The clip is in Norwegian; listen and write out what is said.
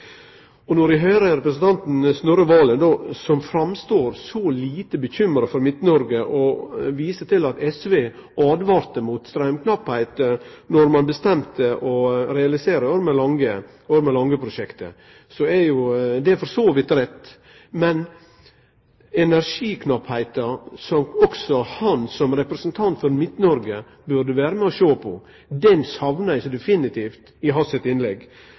og han viser til at SV åtvara mot straumknappheit då ein bestemte å realisere Ormen Lange-prosjektet. Det er jo for så vidt rett. Men noko om energiknappheit, som også han som representant for Midt-Noreg burde vere med og sjå på, saknar eg definitivt i